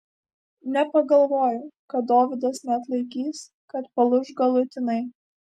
nepagalvojau kad dovydas neatlaikys kad palūš galutinai